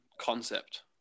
concept